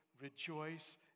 rejoice